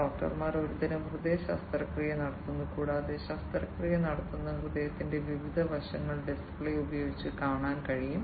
ഡോക്ടർമാർ ഒരുതരം ഹൃദയ ശസ്ത്രക്രിയ നടത്തുന്നു കൂടാതെ ശസ്ത്രക്രിയ നടത്തുന്ന ഹൃദയത്തിന്റെ വിവിധ വശങ്ങൾ ഡിസ്പ്ലേ ഉപയോഗിച്ച് കാണാൻ കഴിയും